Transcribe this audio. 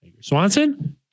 Swanson